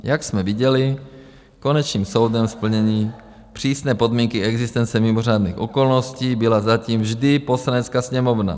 Jak jsme viděli, konečným soudem splnění přísné podmínky existence mimořádných okolností byla zatím vždy Poslanecká sněmovna.